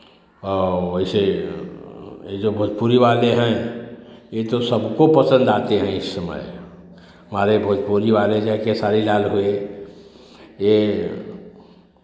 और वैसे ये जो भोजपुरी वाले हैं ये तो सबको पसंद आते हैं इस समय हमारे भोजपुरी वाले जे खेसारी लाल हुए ये